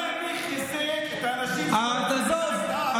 אני מחזק את האנשים, אני